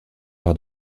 par